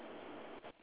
ya